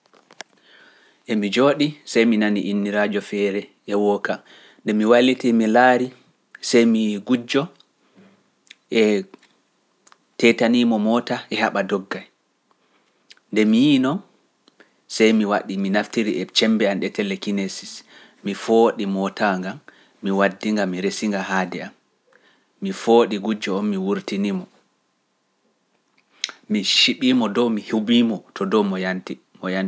Emi jooɗi sey mi nani inniraajo feere e wooka, nde mi wallitii mi laari, sey mi gujjo e teetanii mo moota e heɓa doggay, nde mi yiino, sey mi waɗi mi naftiri e cembe am e telekinesis, mi fooɗi moota nga, mi waddi nga, mi resi nga haade am, mi fooɗi gujjo o, mi wurtini mo, mi ciɓi mo dow, mi hubi mo to dow mo yanti.